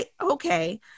okay